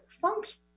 function